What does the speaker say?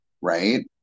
Right